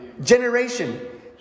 Generation